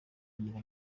agira